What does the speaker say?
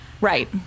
Right